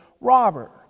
Robert